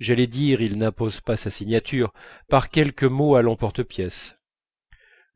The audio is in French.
j'allais dire il n'appose pas sa signature par quelque mot à l'emporte-pièce